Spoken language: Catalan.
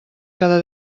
cada